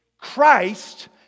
Christ